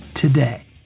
today